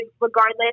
regardless